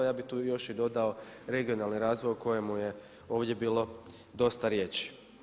Ja bih tu još i dodao regionalni razvoj o kojemu je ovdje bilo dosta riječi.